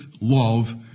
love